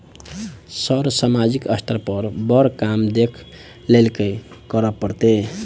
Sir सामाजिक स्तर पर बर काम देख लैलकी करऽ परतै?